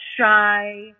shy